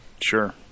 Sure